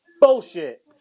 bullshit